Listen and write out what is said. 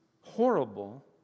horrible